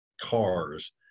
Cars